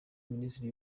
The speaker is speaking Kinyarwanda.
minisiteri